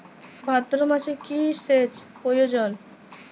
ভাদ্রমাসে কি সেচ প্রয়োজন?